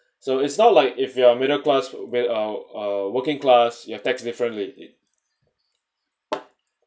so it's not like if you are middle class with uh uh working class you have tax differently